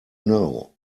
know